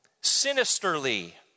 sinisterly